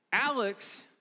Alex